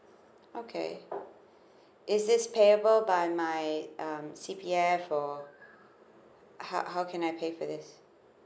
okay is this payable by my um C P F or how how can I pay for this